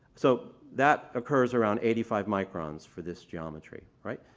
so that occurs around eighty five microns for this geometry, right.